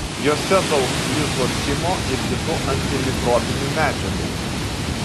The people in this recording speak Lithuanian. jose daug lizocimo ir kitų antimikrobinių medžiagų